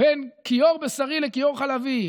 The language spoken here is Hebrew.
בין כיור בשרי לכיור חלבי,